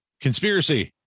Conspiracy